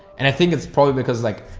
and i think it's probably because like,